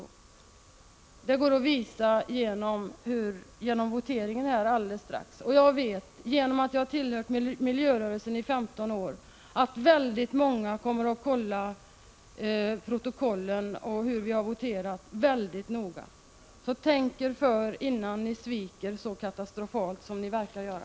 Och det går att visa i voteringen strax. Jag vet — genom att jag tillhört miljörörelsen i 15 år — att väldigt många kommer att se efter hur vi har voterat. Tänk er alltså för innan ni sviker så katastrofalt som ni verkar göra.